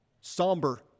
somber